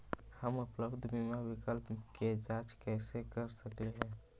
हम उपलब्ध बीमा विकल्प के जांच कैसे कर सकली हे?